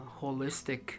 holistic